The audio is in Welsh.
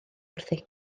wrthi